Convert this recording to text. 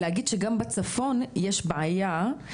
להגיד שגם בצפון יש בעיה,